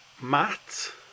Matt